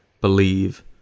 believe